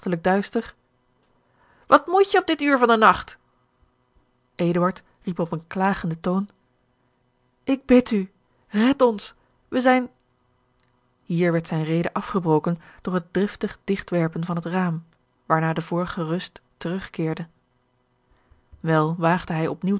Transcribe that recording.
duister wat moet je op dit uur van den nacht eduard riep op een klagenden toon ik bid u red ons wij zijn hier werd zijne rede afgebroken door het driftig digt werpen van het raam waarna de vorige rust terugkeerde george een ongeluksvogel wel waagde hij